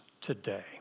today